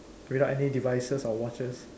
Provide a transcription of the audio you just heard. without any devices or watches